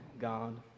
God